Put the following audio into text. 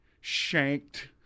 shanked